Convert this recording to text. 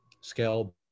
scale